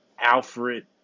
alfred